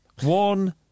One